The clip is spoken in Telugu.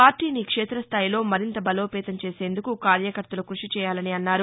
పార్టీని క్షేతస్థాయిలో మరింత బలోపేతం చేసేందుకు కార్యకర్తలు కృషిచేయాలన్నారు